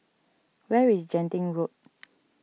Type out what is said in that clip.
where is Genting Road